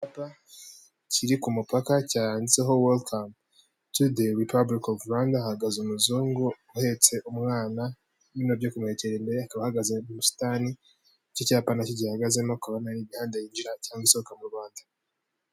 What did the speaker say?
Icyapa kiri ku mupaka cyanditseho welcome to the Republic of Rwanda, hahagaze umuzungu uhetse umwana, bino byo kumuhekera imbere, akaba ahagaze mu busitani icyo cyapa nacyo gihagazemo ukaba ubona ari imihanda yinjira cyangwa isohoka mu Rwanda.